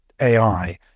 AI